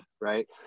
right